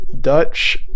Dutch